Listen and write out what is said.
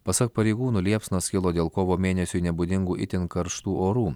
pasak pareigūnų liepsnos kilo dėl kovo mėnesiui nebūdingų itin karštų orų